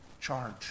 charge